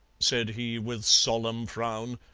said he, with solemn frown,